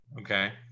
Okay